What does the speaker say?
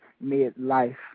mid-life